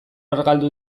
argaldu